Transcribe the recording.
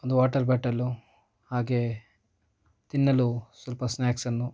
ಒಂದು water bottle ಹಾಗೆ ತಿನ್ನಲು ಸ್ವಲ್ಪ ಸ್ನಾಕ್ಸನ್ನು